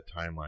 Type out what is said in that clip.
timeline